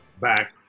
Back